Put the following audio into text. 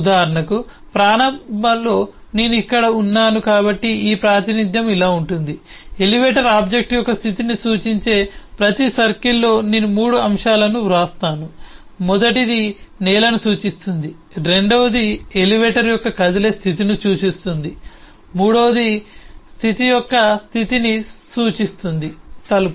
ఉదాహరణకు ప్రారంభంలో నేను ఇక్కడ ఉన్నాను కాబట్టి ఈ ప్రాతినిధ్యం ఇలా ఉంటుంది ఎలివేటర్ ఆబ్జెక్ట్ యొక్క స్థితిని సూచించే ప్రతి సర్కిల్లో నేను 3 అంశాలను వ్రాస్తాను మొదటిది నేలని సూచిస్తుంది రెండవది ఎలివేటర్ యొక్క కదిలే స్థితిని సూచిస్తుంది మరియు మూడవది స్థితి యొక్క స్థితిని సూచిస్తుంది తలుపు